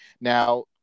now